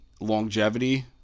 longevity